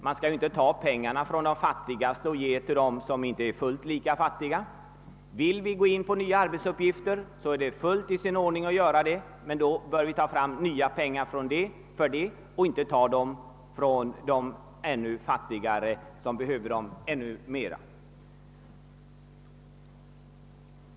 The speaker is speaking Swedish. Man skall inte ta pengar från de fattigaste och ge till de inte fullt ut lika fattiga. Om vi vill gå in på nya arbetsuppgifter, är det helt i sin ordning men i så fall bör vi skaffa fram pengar för den saken och inte ta dem från de fattigare som behöver dem bättre.